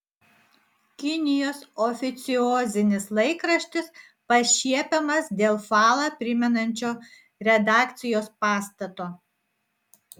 kinijos oficiozinis laikraštis pašiepiamas dėl falą primenančio redakcijos pastato